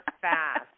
fast